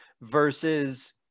versus